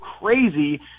crazy